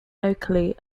locally